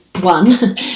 one